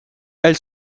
elle